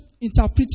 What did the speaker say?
interpreting